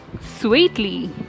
sweetly